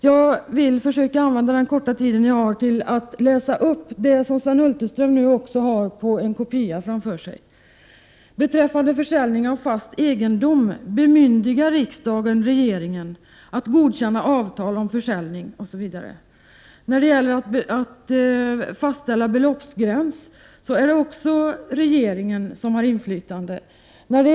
Jag vill använda den korta tid jag har till att läsa upp det som Sven Hulterström nu också har på en kopia framför sig: ”Beträffande försäljning av fast egendom bemyndigar riksdagen regeringen att godkänna avtal om försäljning ——-—.” När det gäller att fastställa beloppsgränser är det också regeringen som har inflytande.